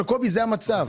אבל זה המצב.